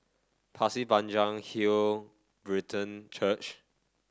Pasir Panjang Hill Brethren Church